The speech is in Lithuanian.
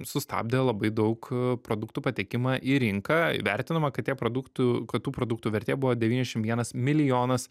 sustabdė labai daug produktų patekimą į rinką įvertinama kad tie produktų kad tų produktų vertė buvo devyniasdešimt vienas milijonas